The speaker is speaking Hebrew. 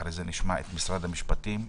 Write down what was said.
אחרי זה נשמע את משרד המשפטים,